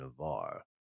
Navarre